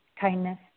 kindness